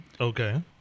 Okay